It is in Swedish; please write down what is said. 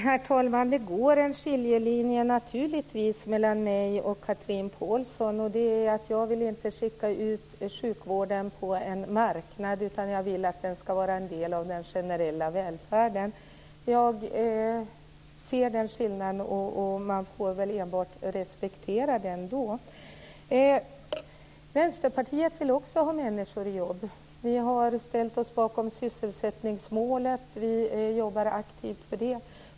Herr talman! Det går en skiljelinje mellan mig och Chatrine Pålsson. Jag vill inte skicka ut sjukvården på en marknad, utan jag vill att den ska vara en del av den generella välfärden. Jag ser den skillnaden, och man får enbart respektera den. Vänsterpartiet vill också ha människor i jobb. Vi har ställt oss bakom sysselsättningsmålet. Vi jobbar aktivt för det.